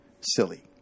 silly